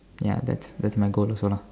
ya that's that's my goal also lah